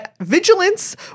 Vigilance